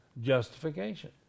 justification